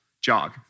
jog